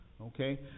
Okay